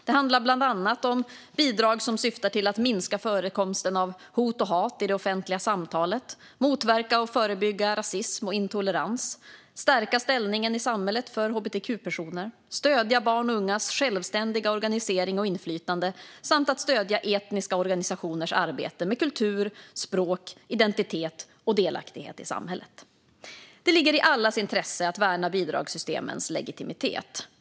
Det handlar bland annat om bidrag som syftar till att minska förekomsten av hot och hat i det offentliga samtalet, motverka och förebygga rasism och intolerans, stärka ställningen i samhället för hbtq-personer, stödja barns och ungas självständiga organisering och inflytande samt att stödja etniska organisationers arbete med kultur, språk, identitet och delaktighet i samhället. Det ligger i allas intresse att värna bidragssystemens legitimitet.